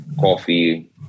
coffee